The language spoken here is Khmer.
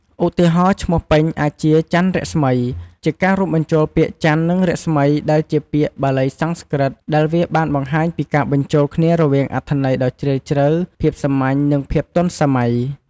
ឧទាហរណ៍ ឈ្មោះពេញអាចជា ច័ន្ទរស្មី ជាការរួមបញ្ចូលពាក្យ ច័ន្ទ និង រស្មី ដែលជាពាក្យបាលីសំស្ក្រឹត ដែលវាបានបង្ហាញពីការបញ្ចូលគ្នារវាងអត្ថន័យដ៏ជ្រាលជ្រៅ ភាពសាមញ្ញ ឬភាពទាន់សម័យ។